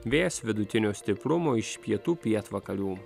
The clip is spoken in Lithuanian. vėjas vidutinio stiprumo iš pietų pietvakarių